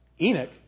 Enoch